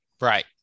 Right